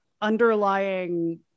underlying